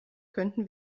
könnten